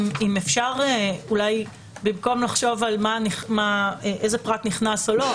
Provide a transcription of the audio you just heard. אפשר במקום לחשוב על איזה פרט נכנס או לא,